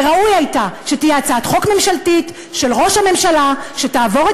וראוי היה שתהיה הצעת חוק ממשלתית של ראש הממשלה שתעבור את